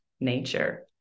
nature